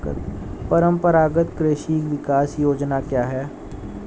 परंपरागत कृषि विकास योजना क्या है?